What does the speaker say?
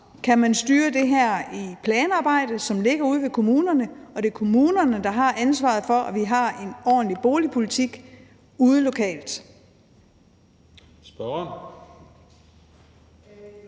kan man styre det i planarbejdet, som ligger ude i kommunerne, og det er kommunerne, der har ansvaret for, at vi har en ordentlig boligpolitik ude lokalt. Kl.